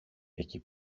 εκεί